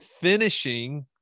finishing